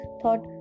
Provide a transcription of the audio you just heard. thought